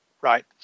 Right